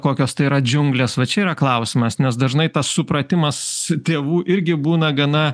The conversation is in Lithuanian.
kokios tai yra džiunglės va čia yra klausimas nes dažnai tas supratimas tėvų irgi būna gana